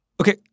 Okay